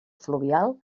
fluvial